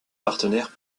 partenaires